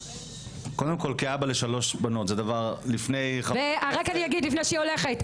קודם כל לאבא לשלוש בנות --- אני רק אגיד לפני שהיא הולכת,